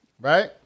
right